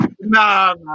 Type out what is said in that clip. nah